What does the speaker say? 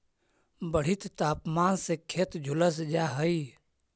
बढ़ित तापमान से खेत झुलस जा हई